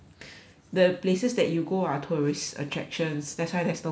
the places that you go are tourist attractions that's why there's nobody or